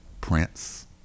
Prince